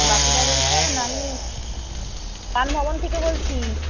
বাপি দা বলছেন আমি ভবন থেকে বলছি